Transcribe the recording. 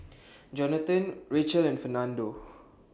Johnathan Racheal and Fernando